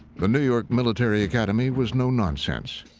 the new york military academy was no-nonsense,